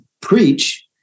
preach